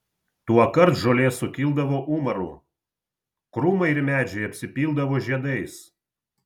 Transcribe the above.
tuokart žolė sukildavo umaru krūmai ir medžiai apsipildavo žiedais